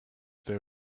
they